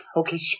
okay